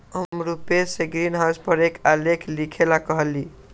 हम रूपेश से ग्रीनहाउस पर एक आलेख लिखेला कहली